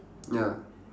ya